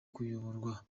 kuyoborwa